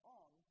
on